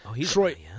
Troy